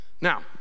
now